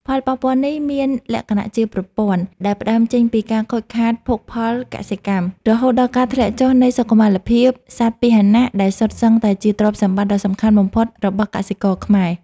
ផលប៉ះពាល់នេះមានលក្ខណៈជាប្រព័ន្ធ ដែលផ្ដើមចេញពីការខូចខាតភោគផលកសិកម្ម រហូតដល់ការធ្លាក់ចុះនៃសុខុមាលភាពសត្វពាហនៈ ដែលសុទ្ធសឹងតែជាទ្រព្យសម្បត្តិដ៏សំខាន់បំផុតរបស់កសិករខ្មែរ។